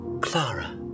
Clara